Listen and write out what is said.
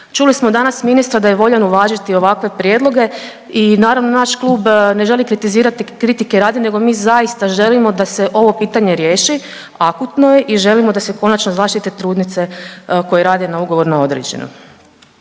Čuli smo danas ministra da je voljan uvažiti ovakve prijedloge i naravno, naš klub ne želi kritizirati kritike radi nego mi zaista želimo da se ovo pitanje riješi, akutno je i želimo da se konačno zaštite trudnice koje rade na ugovor na određeno.